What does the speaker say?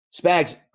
Spags